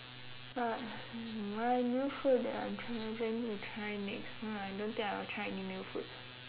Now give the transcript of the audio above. my new food that I'm planning to try next uh I don't think I'll try any new food